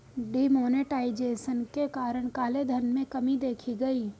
D monetization के कारण काले धन में कमी देखी गई